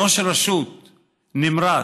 ראש רשות נמרץ,